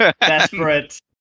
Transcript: Desperate